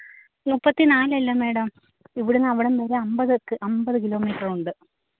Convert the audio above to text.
മുപ്പത്തി നാലല്ല മേടം ഇവിടുന്ന് അവിടം വരെ അമ്പത്ക്ക് അമ്പത് കിലോമീറ്ററുണ്ട്